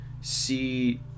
see